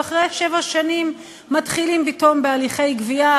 ואחרי שבע שנים מתחילים פתאום בהליכי גבייה,